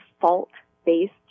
fault-based